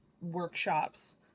workshops